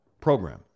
program